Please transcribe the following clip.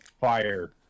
fire